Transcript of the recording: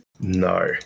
No